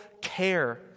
care